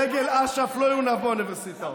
דגל אש"ף לא יונף באוניברסיטאות.